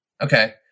Okay